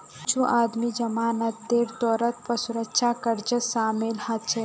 कुछू आदमी जमानतेर तौरत पौ सुरक्षा कर्जत शामिल हछेक